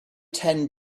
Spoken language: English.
ten